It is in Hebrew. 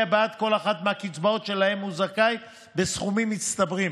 בעד כל אחת מהקצבאות שלהן הוא זכאי בסכומים מצטברים.